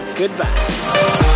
Goodbye